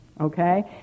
Okay